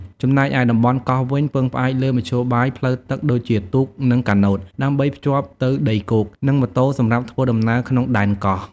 ចំណែកឯតំបន់កោះវិញ ពឹងផ្អែកលើមធ្យោបាយផ្លូវទឹកដូចជាទូក និងកាណូត ដើម្បីភ្ជាប់ទៅដីគោក និងម៉ូតូសម្រាប់ធ្វើដំណើរក្នុងដែនកោះ។